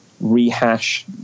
rehash